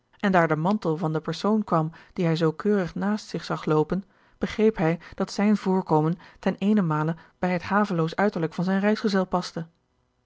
en daar de mantel van den persoon kwam dien hij zoo keurig naast zich zag loopen begreep hij dat zijn voorkomen ten eenenmale bij het haveloos uiterlijk van zijn reisgezel pastte